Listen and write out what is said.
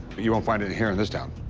you won't find it here in this town.